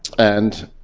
and